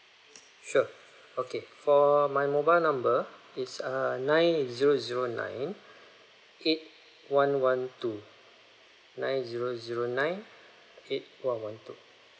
sure okay for my mobile number is err nine zero zero nine eight one one two nine zero zero nine eight one one two